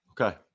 okay